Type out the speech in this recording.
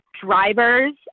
drivers